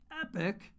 epic